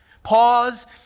Pause